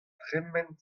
tremen